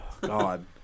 God